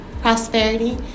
prosperity